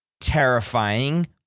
terrifying